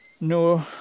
No